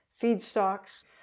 feedstocks